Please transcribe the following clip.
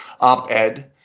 op-ed